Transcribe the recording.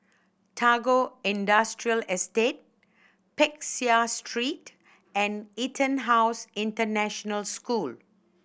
Tagore Industrial Estate Peck Seah Street and EtonHouse International School